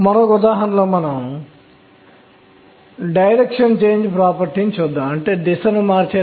అయస్కాంత క్షేత్రం సమక్షంలో స్పెక్ట్రోస్కోపీ ని కూడా చేయవచ్చు అది ఏమి చేస్తుంది